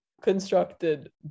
constructed